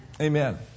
Amen